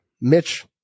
Mitch